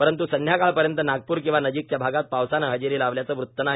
परंतू संध्याकाळ पर्यंत नागपूर किंवा नजीकच्या भागात पावसानं हजेरी लावल्याचं वृत्त नाही